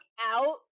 out